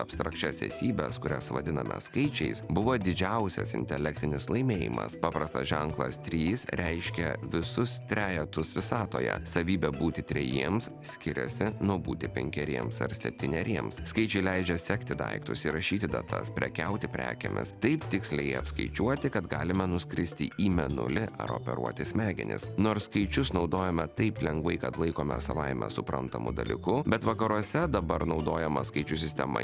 abstrakčias esybes kurias vadiname skaičiais buvo didžiausias intelektinis laimėjimas paprastas ženklas trys reiškia visus trejetus visatoje savybę būti trejiems skiriasi nuo būti penkeriems ar septyneriems skaičiai leidžia sekti daiktus įrašyti datas prekiauti prekėmis taip tiksliai apskaičiuoti kad galima nuskristi į mėnulį ar operuoti smegenis nors skaičius naudojama taip lengvai kad laikome savaime suprantamu dalyku bet vakaruose dabar naudojama skaičių sistema